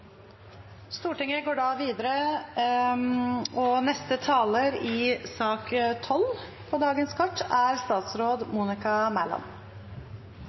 Stortinget går videre med debatten i sak nr. 12, og neste taler er statsråd Monica Mæland.